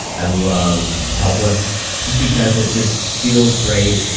i love helpless just because it just feels great.